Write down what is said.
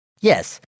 Yes